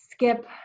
Skip